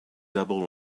double